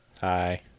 Hi